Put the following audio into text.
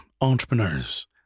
entrepreneurs